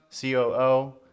COO